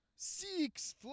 Six